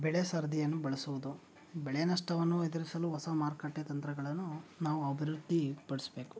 ಬೆಳೆ ಸರದಿಯನ್ನು ಬಳಸೋದು ಬೆಳೆ ನಷ್ಟವನ್ನು ಎದುರಿಸಲು ಹೊಸ ಮಾರುಕಟ್ಟೆ ತಂತ್ರಗಳನ್ನು ನಾವು ಅಭಿವೃದ್ಧಿ ಪಡಿಸ್ಬೇಕು